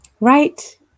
Right